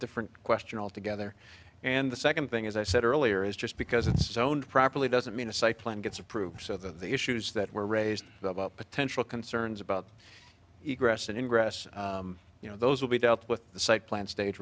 different question altogether and the second thing as i said earlier is just because it's zoned properly doesn't mean a site plan gets approved so that the issues that were raised about potential concerns about grass you know those will be dealt with the site plan stage